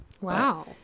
Wow